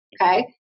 Okay